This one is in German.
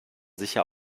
sicher